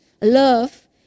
love